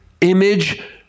image